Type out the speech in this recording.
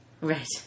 Right